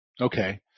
Okay